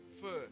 first